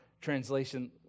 translation